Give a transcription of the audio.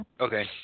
Okay